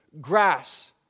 Grass